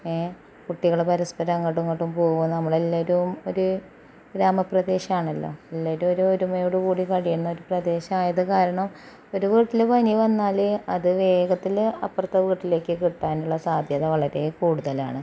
കുട്ടികൾ പരസ്പരം അങ്ങോട്ടുമിങ്ങോട്ടും പോവും നമ്മൾ എല്ലാവരും ഒരു ഗ്രാമപ്രദേശമാണല്ലോ എല്ലാവരും ഒരു ഒരുമയോട് കൂടി കഴിയുന്ന ഒരു പ്രദേശമായതു കാരണം ഒരു വീട്ടിൽ പനി വന്നാൽ അത് വേഗത്തിൽ അപ്പറത്തെ വീട്ടിലേക്ക് കിട്ടാനുള്ള സാധ്യത വളരെ കൂടുതലാണ്